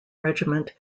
regiment